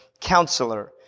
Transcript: Counselor